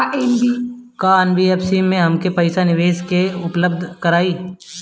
का एन.बी.एफ.सी हमके पईसा निवेश के सेवा उपलब्ध कराई?